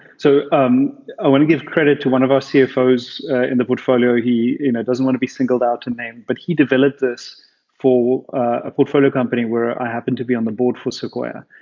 so um i want to give credit to one of our cfos in the portfolio. he you know doesn't want to be singled out to name but he developed this for a portfolio company where i happened to be on the board for sequoia.